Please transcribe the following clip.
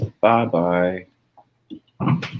Bye-bye